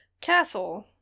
Castle